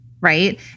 right